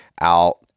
out